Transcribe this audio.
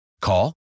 Call